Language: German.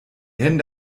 hände